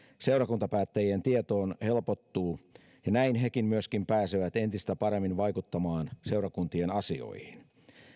seurakuntapäättäjien tietoon helpottuu ja näin hekin myöskin pääsevät entistä paremmin vaikuttamaan seurakuntien asioihin